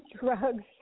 drugs